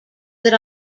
that